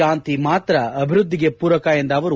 ಶಾಂತಿ ಮಾತ್ರ ಅಭಿವ್ಯದ್ಲಿಗೆ ಪೂರಕ ಎಂದ ಅವರು